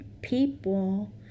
people